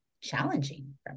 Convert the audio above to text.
challenging